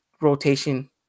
rotation